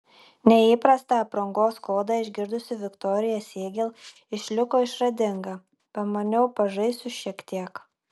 neįprastą aprangos kodą išgirdusi viktorija siegel išliko išradinga pamaniau pažaisiu šiek tiek